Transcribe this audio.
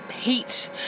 heat